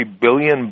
billion